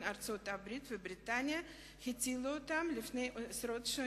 ארצות-הברית ובריטניה הוציאו לפני עשרות שנים.